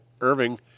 Irving